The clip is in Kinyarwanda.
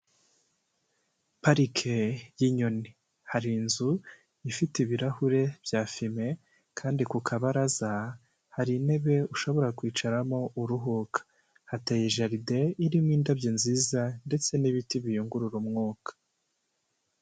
Parike y'inyoni, hari inzu ifite ibirahure bya fime kandi ku kabaraza hari intebe ushobora kwicaramo uruhuka, hateye jaride irimo indabyo nziza ndetse n'ibiti biyungurura umwuka.